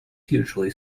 usually